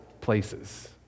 places